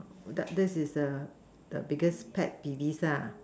this is the the biggest pet peeves lah